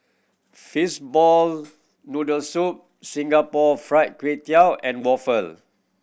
fishball noodle soup Singapore Fried Kway Tiao and waffle